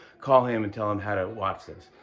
call him and tell him how to watch this.